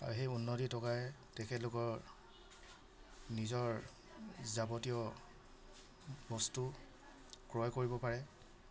আৰু সেই উন্নতি টকাৰেই তেখেতলোকৰ নিজৰ যাৱতীয় বস্তু ক্ৰয় কৰিব পাৰে